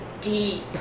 deep